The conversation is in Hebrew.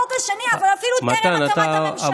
החוק השני, אבל אפילו טרם הקמת הממשלה.